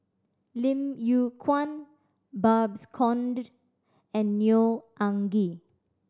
Lim Yew Kuan Babes Conde and Neo Anngee